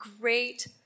great